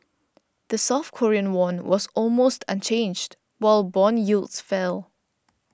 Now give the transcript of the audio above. the South Korean won was almost unchanged while bond yields fell